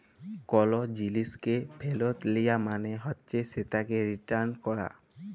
call জিলিসকে ফিরত লিয়া মালে হছে সেটকে রিটার্ল ক্যরা